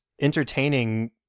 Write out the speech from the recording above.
entertaining